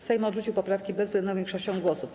Sejm odrzucił poprawki bezwzględną większością głosów.